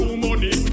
money